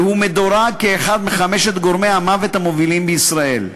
והוא מדורג כאחד מחמשת גורמי המוות המובילים בישראל.